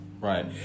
Right